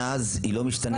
מאז היא לא משתנה.